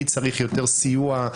מי צריך יותר סיוע.